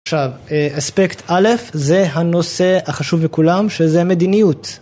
עכשיו אספקט א' זה הנושא החשוב לכולם שזה מדיניות.